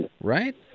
Right